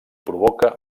provoca